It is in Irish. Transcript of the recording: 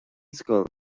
scoil